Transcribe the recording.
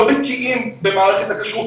לא בקיאים במערכת הכשרות,